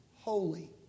Holy